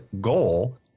goal